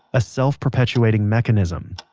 a self-perpetuating mechanism,